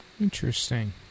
Interesting